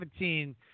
2017